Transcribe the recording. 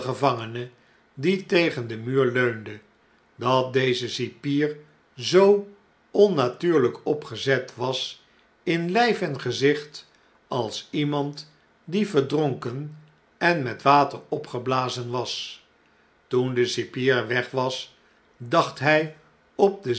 gevangene die tegen den muur leunde dat deze cipier zoo onnatuurljjk opgezet was in ijjfengezichtalsiemand die verdronken en met water opgeblazen was toen de cipier weg was dacht hij op dezelfde